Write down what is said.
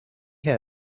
her